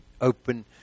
open